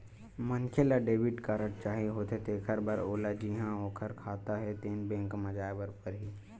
मनखे ल debit card चाही होथे तेखर बर ओला जिहां ओखर खाता हे तेन बेंक म जाए बर परही